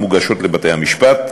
המוגשות לבתי-המשפט,